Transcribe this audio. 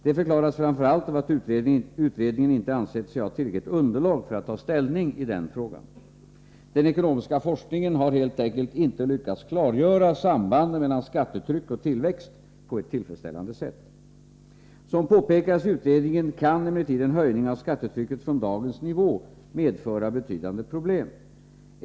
Detta förklaras framför allt av att utredningen inte ansett sig ha tillräckligt underlag för att ta ställning i denna fråga. Den ekonomiska forskningen har helt enkelt inte lyckats klargöra sambanden mellan skattetryck och tillväxt på ett tillfredsställande sätt. Som påpekades i utredningen kan emellertid en höjning av skattetrycket från dagens nivå medföra betydande problem.